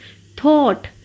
thought